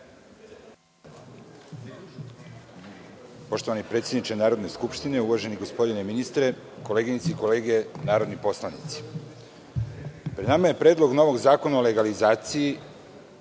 Poštovani predsedniče Narodne skupštine, uvaženi gospodine ministre, koleginice i kolege narodni poslanici, pred nama je predlog novog zakona o legalizaciji